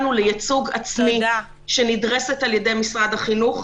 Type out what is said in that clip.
לייצוג עצמי שנדרסת על-ידי משרד החינוך.